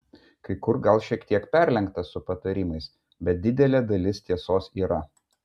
kai kur gal šiek tiek perlenkta su patarimais bet didelė dalis tiesos yra